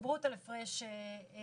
התגברות על הפרש גובה.